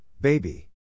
baby